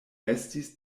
estis